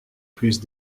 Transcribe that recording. plus